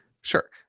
Sure